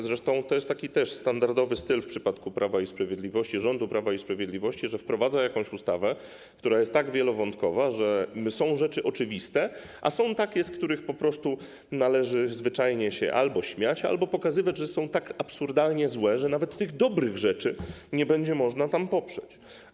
Zresztą to jest też standardowy styl w przypadku rządu Prawa i Sprawiedliwości, że wprowadza jakąś ustawę, która jest tak wielowątkowa, że są rzeczy oczywiste, a są takie, z których po prostu należy albo zwyczajnie się śmiać, albo pokazywać, że są tak absurdalnie złe, że nawet dobrych rzeczy nie będzie można tam poprzeć.